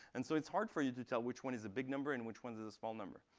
and so it's hard for you to tell which one is a big number and which ones is a small number.